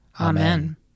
Amen